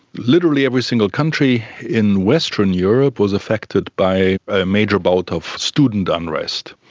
literally every single country in western europe was affected by a major bout of student unrest,